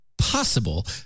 Possible